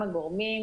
בבקשה.